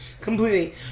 Completely